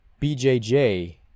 BJJ